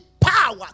power